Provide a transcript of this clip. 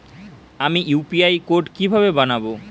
আমি UPI code কিভাবে বানাব?